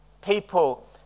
People